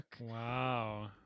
wow